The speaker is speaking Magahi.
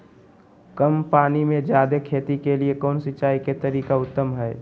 कम पानी में जयादे खेती के लिए कौन सिंचाई के तरीका उत्तम है?